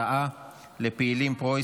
ההצעה להעביר את הצעת חוק בתי קברות צבאיים (תיקון,